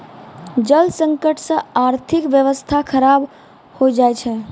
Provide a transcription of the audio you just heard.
जल संकट से आर्थिक व्यबस्था खराब हो जाय छै